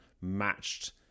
matched